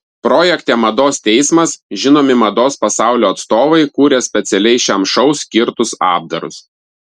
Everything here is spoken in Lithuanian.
projekte mados teismas žinomi mados pasaulio atstovai kūrė specialiai šiam šou skirtus apdarus